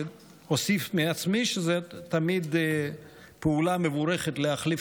אוסיף מעצמי שזאת תמיד פעולה מבורכת להחליף